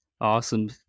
Awesome